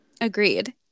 Agreed